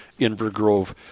Invergrove